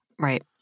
Right